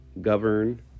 Govern